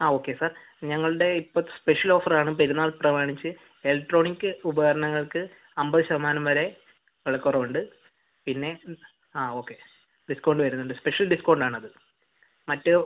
അ okay sir ഞങ്ങൾടെ ഇപ്പോൾ special ഓഫറാണ് പെരുന്നാൾ പ്രമാണിച്ച് ഇലക്ട്രോണിക് ഉപകരണങ്ങൾക്ക് അമ്പത് ശതമാനം വരെ വിലക്കുറവുണ്ട് പിന്നെ അ ഓക്കെ ഡിസ്കൗണ്ട് വരുന്നുണ്ട് സ്പെഷ്യൽ ഡിസ്കൗണ്ട് ആണത് മറ്റ്